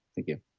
thank you.